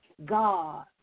God